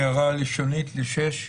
הערה לשונית לסעיף 6: